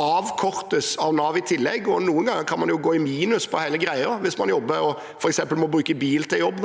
avkortes av Nav i tillegg. Noen ganger kan man jo gå i minus på hele greia hvis man jobber og f.eks. må bruke bil til jobb.